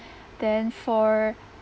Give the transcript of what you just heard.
then for